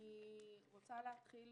אני רוצה להתחיל